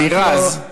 אלירז,